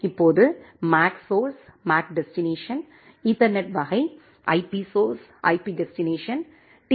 இப்போது MAC source MAC destination ethernet வகை IP source IP destination tea